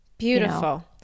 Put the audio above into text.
Beautiful